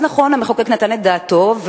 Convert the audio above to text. אז נכון שהמחוקק נתן את דעתו,